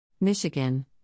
Michigan